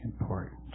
important